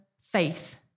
faith